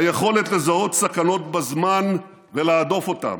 היכולת לזהות סכנות בזמן ולהדוף אותן.